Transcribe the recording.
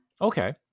okay